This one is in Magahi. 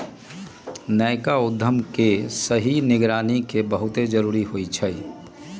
नयका उद्यम के सही निगरानी के बहुते जरूरी होइ छइ